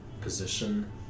position